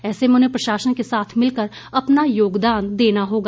ऐसे में उन्हें प्रशासन के साथ मिलकर अपना योगदान देना होगा